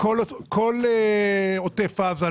כל עוטף עזה,